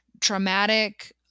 traumatic